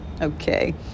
okay